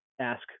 ask